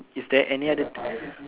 is there any other